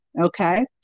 Okay